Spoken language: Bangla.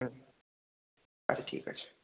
হুম আচ্ছা ঠিক আছে